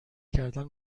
کردن